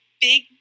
big